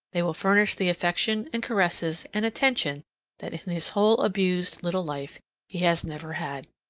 they will furnish the affection and caresses and attention that in his whole abused little life he has never had.